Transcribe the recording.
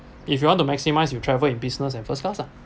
if you want to maximise you travel in business and first class lah